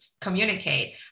communicate